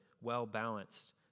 well-balanced